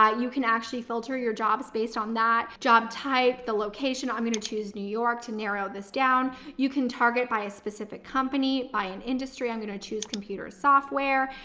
ah you can actually filter your jobs. based on that job type the location, i'm going to choose new york to narrow this down. you can target by a specific company by an industry. i'm going to choose computer software.